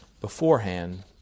beforehand